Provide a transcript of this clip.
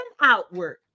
outward